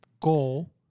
goal